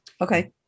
Okay